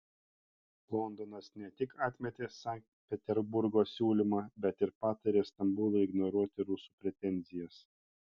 londonas ne tik atmetė sankt peterburgo siūlymą bet ir patarė stambului ignoruoti rusų pretenzijas